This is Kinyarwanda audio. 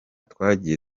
twagiye